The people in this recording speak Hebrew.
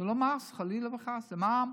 זה לא מס, חלילה וחס, זה מע"מ.